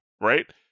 right